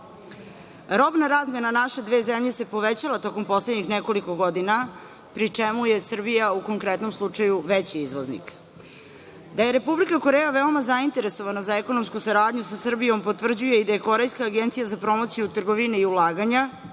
razmena naše dve zemlje se povećala tokom poslednjih nekoliko godina, pri čemu je Srbija u konkretnom slučaju veći izvoznik. Da je Republika Koreja veoma zainteresovana za ekonomsku saradnju sa Srbijom, potvrđuje i da je Korejska agencija za promociju trgovine i ulaganja,